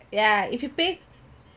ya if you pay